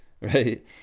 right